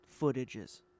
footages